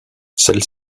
celle